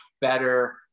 better